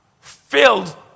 filled